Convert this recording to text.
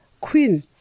Queen